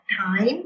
time